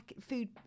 food